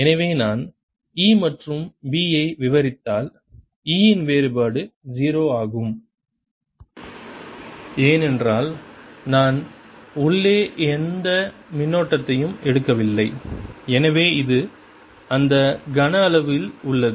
எனவே நான் E மற்றும் B ஐ விவரித்தால் E இன் வேறுபாடு 0 ஆகும் ஏனென்றால் நான் உள்ளே எந்த மின்னோட்டத்தையும் எடுக்கவில்லை எனவே இது இந்த கனஅளவு இல் உள்ளது